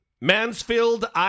Mansfield